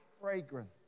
fragrance